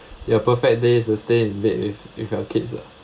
your perfect day is to stay in bed with with your kids lah